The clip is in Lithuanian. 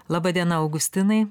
laba diena augustinai